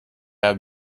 have